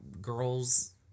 girls